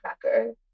cracker